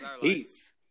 Peace